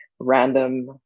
random